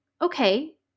okay